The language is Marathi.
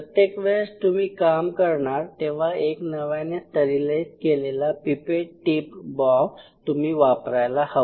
प्रत्येक वेळेस तुम्ही काम करणार तेव्हा एक नव्याने स्टरीलाईज केलेला पिपेट टीप बॉक्स तुम्ही वापरायला हवा